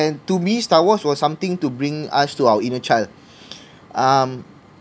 and to me star wars was something to bring us to our inner child um